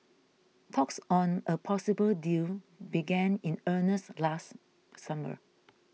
talks on a possible deal began in earnest last summer